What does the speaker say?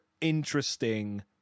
interesting